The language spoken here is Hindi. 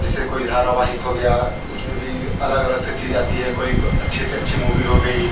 जिसे कोई धारावाहिक हो गया उसमें भी अलग अलग से चीज़ आती है कोई अच्छी से अच्छी मुभी हो गई